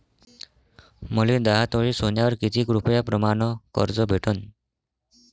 मले दहा तोळे सोन्यावर कितीक रुपया प्रमाण कर्ज भेटन?